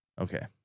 Okay